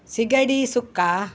ಸಿಗಡಿ ಸುಕ್ಕ